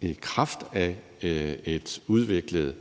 i kraft af et udviklet